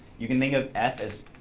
you can think of f as,